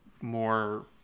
more